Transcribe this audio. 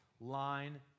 line